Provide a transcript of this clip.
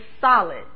solid